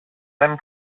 δεν